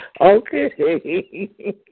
Okay